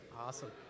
Awesome